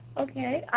okay.